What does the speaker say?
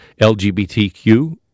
LGBTQ